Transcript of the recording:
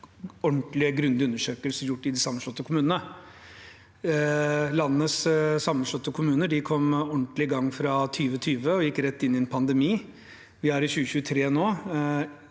ordentlige, grundige undersøkelser gjort i de sammenslåtte kommunene. Landets sammenslåtte kommuner kom ordentlig i gang fra 2020 og gikk rett inn i en pandemi. Vi er i 2023 nå.